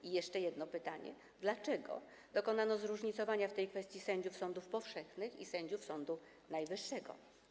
I jeszcze jedno pytanie: Dlaczego dokonano zróżnicowania w tej kwestii sędziów sądów powszechnych i sędziów Sądu Najwyższego?